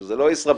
שזה לא ישראבלוף,